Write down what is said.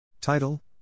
Title